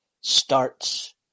starts